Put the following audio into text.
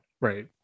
Right